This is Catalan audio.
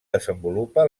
desenvolupa